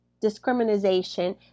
discrimination